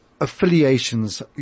affiliations